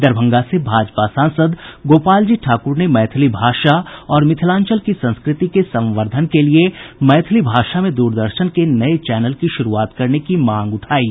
दरभंगा से भाजपा सांसद गोपालजी ठाकुर ने मैथिली भाषा और मिथिलांचल की संस्कृति के संवर्द्वन के लिए मैथिली भाषा में दूरदर्शन के नये चैनल की शुरूआत करने की मांग उठायी